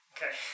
Okay